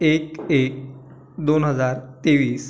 एक एक दोन हजार तेवीस